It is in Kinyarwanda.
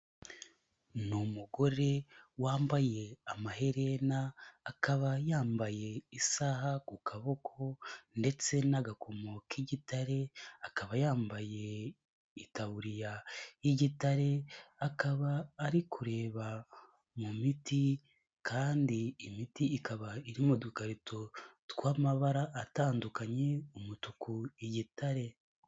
Ni umugore wambaye amaherena akaba yambaye isaha ku kaboko ndetse n'agakomo k'igitare, akaba yambaye itabuririya y'igitare, akaba ari kureba mu miti kandi imiti ikaba iri mu dukarito tw'amabara atandukanye umutuku, igitare.